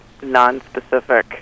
nonspecific